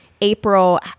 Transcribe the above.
April